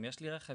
אם יש לי רכב,